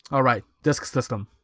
oh right. disk system.